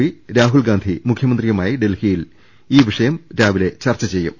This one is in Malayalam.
പി രാഹുൽഗാന്ധി മുഖ്യമന്ത്രി യുമായി ഡൽഹിയിൽ ഇന്ന് ഈ വിഷയം ചർച്ച ചെയ്യും